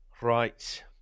Right